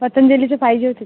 पतंजलीचं पाहिजे होती